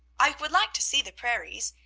i would like to see the prairies.